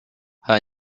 her